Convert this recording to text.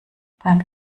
beim